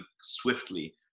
swiftly